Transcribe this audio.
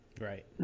Right